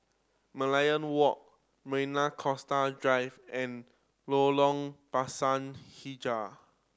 Merlion Walk Marina Coastal Drive and Lorong Pisang Hijau